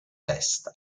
testa